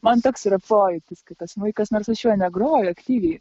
man toks yra pojūtis kai tas smuikas nors aš juo negroju aktyviai